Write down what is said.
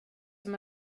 som